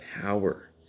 power